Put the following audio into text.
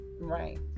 right